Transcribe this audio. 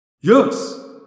Yes